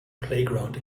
playground